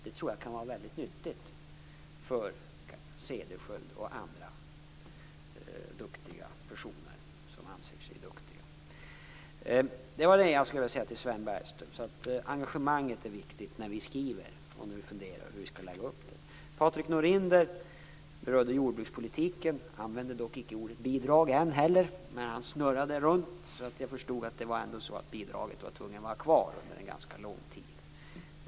Det tror jag kan vara väldigt nyttigt för Cederschiöld och andra duktiga personer - dvs. personer som anser sig som duktiga. Det var vad jag skulle vilja säga till Sven Bergström. Engagemanget är viktigt när vi skriver och när vi funderar på hur vi skall lägga upp det här. Patrik Norinder berörde jordbrukspolitiken. Han använde inte ordet bidrag, men han snurrade runt så att jag förstod att det ändå var nödvändigt att bidraget skall vara kvar under en ganska lång tid.